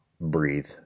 breathe